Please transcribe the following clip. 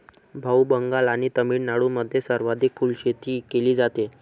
भाऊ, बंगाल आणि तामिळनाडूमध्ये सर्वाधिक फुलशेती केली जाते